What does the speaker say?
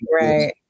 Right